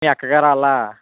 మీ అక్కగారు వాళ్ళు